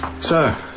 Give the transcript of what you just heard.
Sir